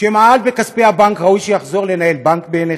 שמעל בכספי הבנק, ראוי שיחזור לנהל בנק, בעיניך?